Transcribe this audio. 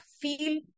feel